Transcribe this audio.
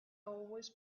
always